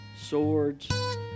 swords